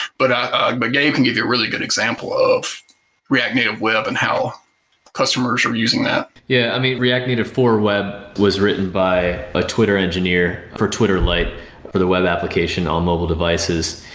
but ah ah but gabe can give you a really good example of react native web and how customers are using that yeah, i mean react native for web was written by a twitter engineer, for twitter light for the web application on mobile devices.